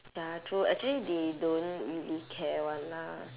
ya true actually they don't really care [one] ah